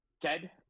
Ted